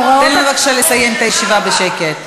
תן לנו בבקשה לסיים את הישיבה בשקט.